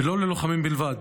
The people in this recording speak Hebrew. ולא ללוחמים בלבד,